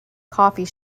coffee